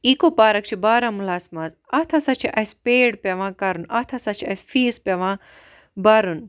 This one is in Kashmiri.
ایکو پارَک چھِ بارہمُلہَس مَنٛز اتھ ہَسا چھِ اَسہِ پیڑ پیٚوان کَرُن اتھ ہَسا چھِ اَسہِ فیس پیٚوان بَرُن